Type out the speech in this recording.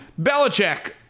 Belichick